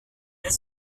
est